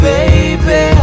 Baby